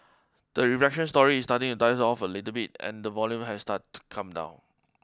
the refraction story is starting to dies off a little bit and the volume has start to come down